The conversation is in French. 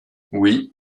oui